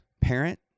parent